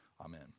amen